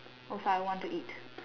also I want eat